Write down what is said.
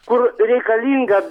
kur reikalinga